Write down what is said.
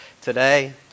today